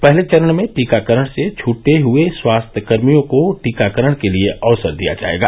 पहले चरण में टीकाकरण से छट गये स्वास्थ्यकर्मियों को टीकाकरण के लिये अवसर दिया जाएगा